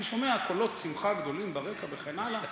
אני שומע קולות שמחה גדולים ברקע וכן הלאה,